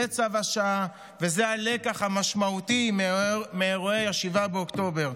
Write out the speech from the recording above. זה צו השעה וזה הלקח המשמעותי מאירועי 7 באוקטובר.